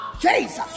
Jesus